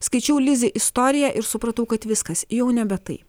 skaičiau lizi istoriją ir supratau kad viskas jau nebe tai